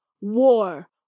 war